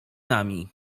nami